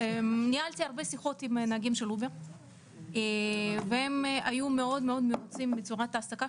ניהלתי הרבה שיחות עם נהגים של אובר והם היו מרוצים מאוד מצורת ההעסקה